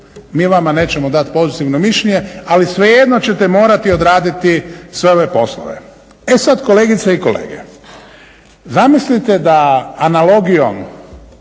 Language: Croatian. mi vama nećemo dati pozitivno mišljenje, ali svejedno ćete morati odraditi sve ove poslove. E sad, kolegice i kolege zamislite da analogijom